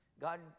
God